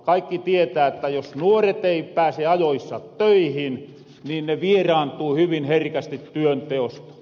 kaikki tietää että jos nuoret ei pääse ajoissa töihin niin ne vieraantuu hyvin herkästi työnteosta